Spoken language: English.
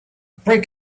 break